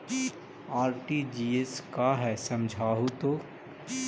RTGS का है समझाहू तो?